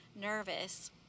nervous